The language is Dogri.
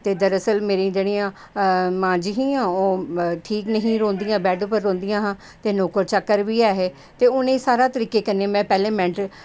ते दरअसल मेरी जेह्ड़ियां मां जी हियां ओह् ठीक निं ही रौहंदियां हियां ते बेड उप्पर रौहंदियां हियां होर नौकर चाकर बी ऐहे ते में उ'नेंगी सारे तरीकै कन्नै मेंटल